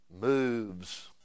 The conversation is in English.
moves